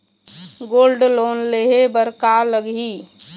Gold loan लेहे बर का लगही?